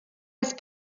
jest